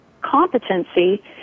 competency